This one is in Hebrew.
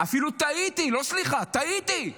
אפילו טעיתי, לא סליחה, טעיתי.